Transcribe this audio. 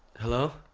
hello?